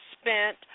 spent